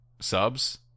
subs